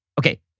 Okay